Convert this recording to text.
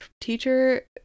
teacher